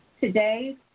Today